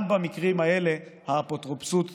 גם במקרים האלה האפוטרופסות תישלל.